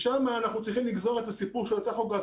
משם אנחנו צריכים לגזור את הסיפור של הטכוגרף,